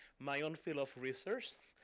my own field of research,